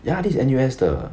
ya this N_U_S 的